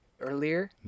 earlier